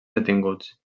detinguts